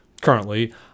currently